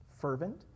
fervent